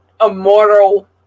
immortal